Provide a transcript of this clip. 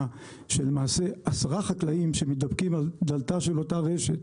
שלמעשה עשרה חקלאים שמתדפקים על דלתה של אותה רשת,